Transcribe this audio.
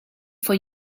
for